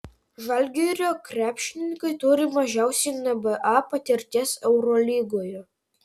žalgirio krepšininkai turi mažiausiai nba patirties eurolygoje